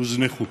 הוזנחו,